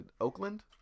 Oakland